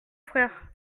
frère